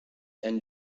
and